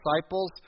disciples